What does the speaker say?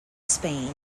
spain